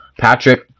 Patrick